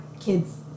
kids